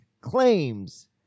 claims